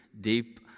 deep